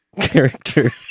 character